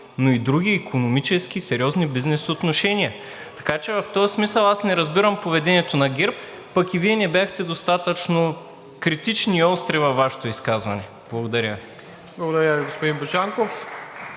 но и други – икономически и сериозни бизнес отношения? Така че в този смисъл аз не разбирам поведението на ГЕРБ, пък и Вие не бяхте достатъчно критичен и остър във Вашето изказване. Благодаря Ви. (Частични